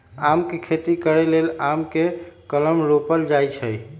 आम के खेती करे लेल आम के कलम रोपल जाइ छइ